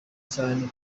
cyane